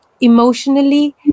Emotionally